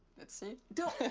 let's see. don't